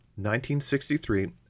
1963